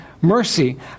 mercy